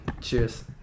Cheers